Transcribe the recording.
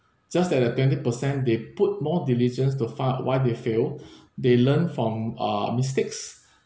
just that the twenty percent they put more diligence to find out why they fail they learn from uh mistakes